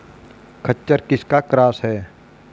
खच्चर किसका क्रास है?